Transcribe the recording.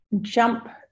jump